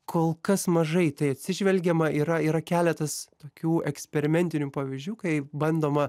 kol kas mažai tai atsižvelgiama yra yra keletas tokių eksperimentinių pavyzdžių kai bandoma